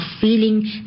feeling